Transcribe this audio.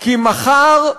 כי מחר,